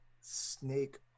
Snake